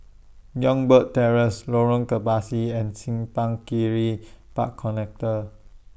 Youngberg Terrace Lorong Kebasi and Simpang Kiri Park Connector